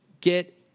get